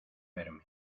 verme